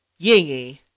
Yingy